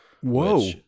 Whoa